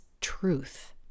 truth